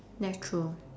that's true